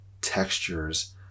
Textures